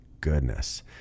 goodness